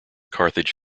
carthage